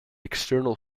external